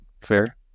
fair